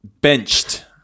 benched